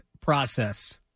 process